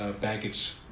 baggage